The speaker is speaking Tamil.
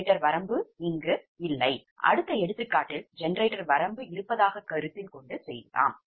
ஜெனரேட்டர் வரம்பு இங்கு இல்லை அடுத்த எடுத்துக்காட்டில் ஜெனரேட்டர் வரம்பு இருப்பதாக கருத்தில் கொண்டு செய்வோம்